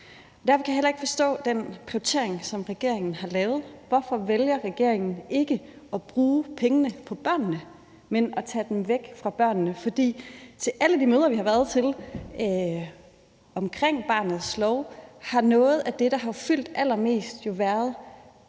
Derfor kan jeg heller ikke forstå den prioritering, som regeringen har lavet. Hvorfor vælger regeringen ikke at bruge pengene på børnene, men at tage dem væk fra børnene? For til alle de møder, vi har været til omkring barnets lov, har noget af det, der har fyldt allermest, jo været